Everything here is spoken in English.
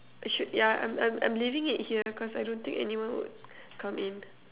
should yeah I'm I'm I'm I'm leaving it here because I don't think anyone would come in